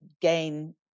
gain